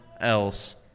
else